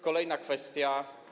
Kolejna kwestia.